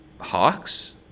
Hawks